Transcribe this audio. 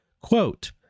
quote